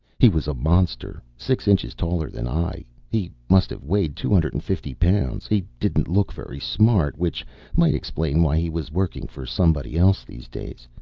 he was a monster six inches taller than i, he must have weighed two hundred and fifty pounds. he didn't look very smart, which might explain why he was working for somebody else these days.